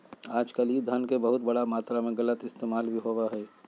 आजकल ई धन के बहुत बड़ा मात्रा में गलत इस्तेमाल भी होबा हई